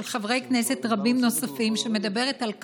חברי כנסת רבים נוספים שמדברת על כך,